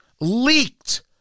leaked